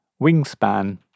Wingspan